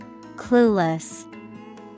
Clueless